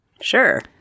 Sure